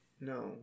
No